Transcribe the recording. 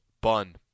bun